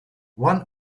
one